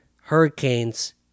hurricanes